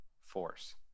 force